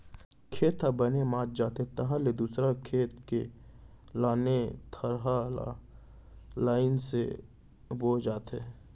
खेत ह बने मात जाथे तहाँ ले दूसर खेत के लाने थरहा ल लईन से बोए जाथे